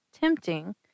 tempting